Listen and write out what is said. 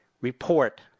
report